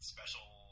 special